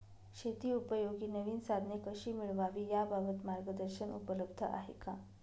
शेतीउपयोगी नवीन साधने कशी मिळवावी याबाबत मार्गदर्शन उपलब्ध आहे का?